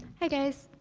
hi guys.